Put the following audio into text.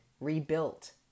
rebuilt